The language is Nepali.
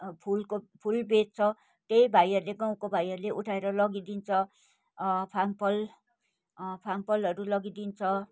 फुलको फुल बेच्छ त्यही भाइहरूले गाउँको भाइहरूले उठाएर लगिदिन्छ फामफल फामफलहरू लगिदिन्छ